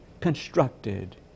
constructed